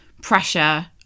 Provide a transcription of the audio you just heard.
pressure